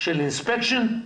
של אינספקשן,